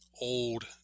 old